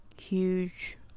huge